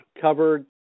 covered